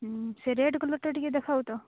ହୁଁ ସେ ରେଡ଼୍ କଲର୍ଟା ଟିକେ ଦେଖାଅ ତ